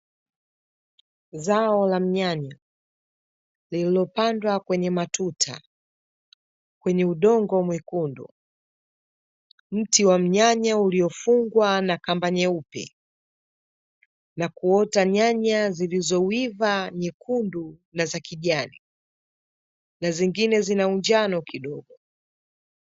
Zao la mnyanya lililopandwa kwenye matuta kwenye udongo mwekundu, mti wa mnyanya uliofungwa na kamba nyeupe na kuota nyanya zilizoiva nyekundu na za kijani na zingine zina unjano kidogo .